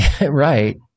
Right